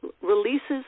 releases